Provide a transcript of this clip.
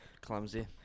Clumsy